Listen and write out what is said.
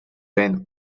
vent